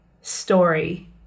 story